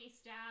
stab